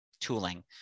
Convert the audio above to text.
tooling